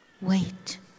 wait